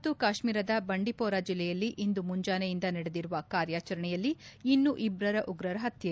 ಜಮ್ನು ಮತ್ತು ಕಾಶ್ನೀರದ ಬಂಡಿಪೋರಾ ಜಿಲ್ಲೆಯಲ್ಲಿ ಇಂದು ಮುಂಜಾನೆಯಿಂದ ನಡೆದಿರುವ ಕಾರ್ಯಾಚರಣೆಯಲ್ಲಿ ಇನ್ನೂ ಇಬ್ಲರು ಉಗ್ರರ ಹತ್ಯೆ